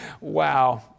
wow